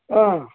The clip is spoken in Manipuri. ꯑꯥ